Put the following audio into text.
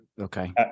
Okay